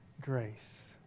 grace